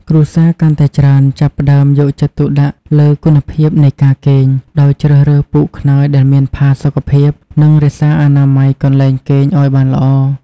គ្រួសារកាន់តែច្រើនចាប់ផ្តើមយកចិត្តទុកដាក់លើគុណភាពនៃការគេង ដោយជ្រើសរើសពូកខ្នើយដែលមានផាសុកភាព និងរក្សាអនាម័យកន្លែងគេងឱ្យបានល្អ។